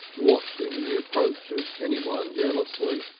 watching the approach of anyone jealously.